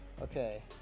Okay